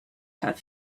have